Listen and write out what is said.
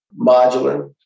modular